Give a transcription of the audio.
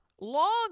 long